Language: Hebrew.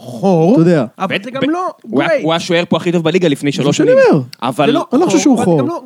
חור, אתה יודע, אבל זה גם לא... הוא היה שוער פה הכי טוב בליגה לפני שלוש שנים. זה מה שאני אומר! אבל... אני לא חושב שהוא חור.